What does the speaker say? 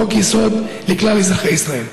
חוק-יסוד לכלל אזרחי ישראל.